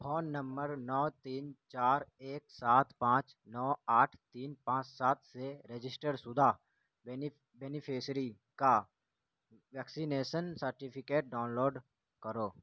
phone number نو تین چار ایک سات پانچ نو آٹھ تین پانچ سات سے رجسٹر سدہ بینیفیسری کا ویکسینیسن سرٹیفکیٹ ڈاؤن لوڈ کرو